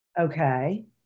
Okay